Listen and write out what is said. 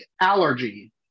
allergy